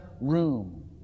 room